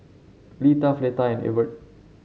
Litha Fleta and Evert